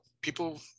people